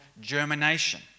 germination